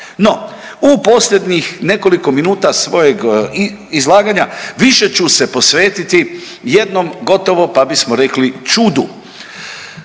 No, u posljednjih nekoliko minuta svojeg izlaganja više ću se posvetiti jednom gotovo pa bismo rekli čudu.